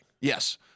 Yes